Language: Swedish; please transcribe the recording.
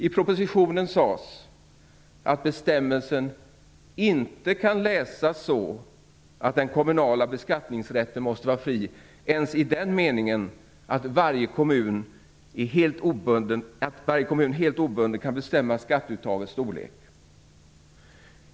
I propositionen sades att bestämmelsen inte kan "läsas så att den kommunala beskattningsrätten måste vara fri ens i den meningen att varje kommun helt obunden kan bestämma skatteuttagets storlek".